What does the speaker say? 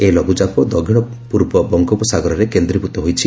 ଏହି ଲଘୁଚାପ ଦକ୍ଷିଣପୂର୍ବ ବଙ୍ଗୋପ ସାଗରରେ କେନ୍ଦ୍ରୀଭୂତ ହୋଇଛି